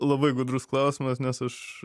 labai gudrus klausimas nes aš